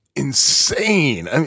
insane